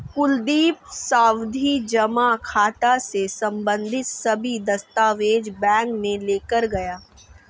कुलदीप सावधि जमा खाता से संबंधित सभी दस्तावेज बैंक में लेकर गया